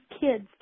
kids